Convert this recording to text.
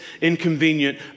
inconvenient